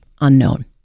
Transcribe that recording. unknown